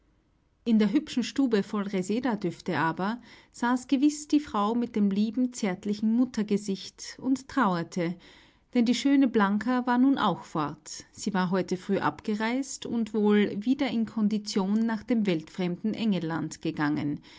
in der hübschen stube voll resedadüfte aber saß gewiß die frau mit dem lieben zärtlichen muttergesicht und trauerte denn die schöne blanka war nun auch fort sie war heute früh abgereist und wohl wieder in kondition nach dem weltfremden engelland gegangen